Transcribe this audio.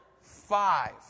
Five